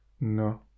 No